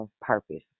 purpose